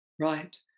Right